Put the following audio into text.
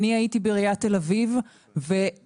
אני הייתי בעיריית תל אביב ובמפורש